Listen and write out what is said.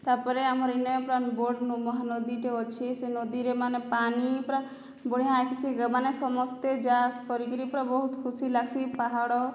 ତା ପରେ ଆମର ଇନେ ପୁରା ବଡ଼ନୁ ମହାନଦୀଟେ ଅଛେ ସେ ନଦୀରେ ମାନେ ପାନି ପୁରା ବଢ଼ିଆ ହେସି ସେମାନେ ସମସ୍ତେ ଯାଆ ଆସ କରିକିରି ପୁରା ବହୁତ ଖୁସି ଲାଗ୍ସି ପାହାଡ଼